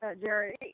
Jerry